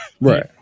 Right